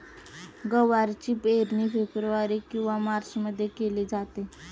गवारची पेरणी फेब्रुवारी किंवा मार्चमध्ये केली जाते